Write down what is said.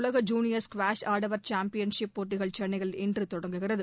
உலக junior squash ஆடவர் championship போட்டிகள் சென்னையில் இன்று தொடங்குகிறது